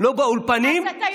לפני כן,